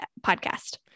podcast